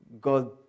God